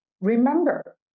remember